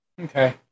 Okay